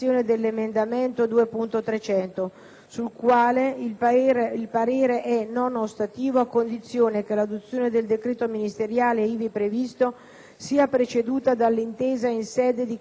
sul quale il parere è non ostativo, a condizione che l'adozione del decreto ministeriale ivi previsto sia preceduta dall'intesa in sede di Conferenza Stato-Regioni».